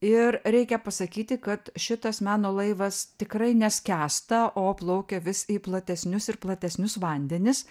ir reikia pasakyti kad šitas meno laivas tikrai neskęsta o plaukia vis į platesnius ir platesnius vandenis